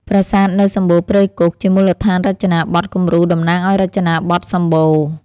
ប្រាសាទនៅសម្បូណ៌ព្រៃគុហ៍ជាមូលដ្ឋានរចនាបថគំរូតំណាងឱ្យរចនាបថ សម្បូណ៌ ។